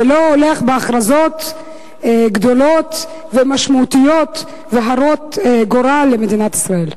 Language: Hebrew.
ולא הולך בהכרזות גדולות ומשמעותיות והרות גורל למדינת ישראל.